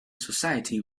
society